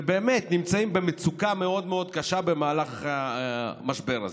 ובאמת הם נמצאים במצוקה מאוד מאוד קשה במהלך המשבר הזה.